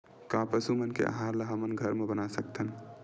का पशु मन के आहार ला हमन घर मा बना सकथन?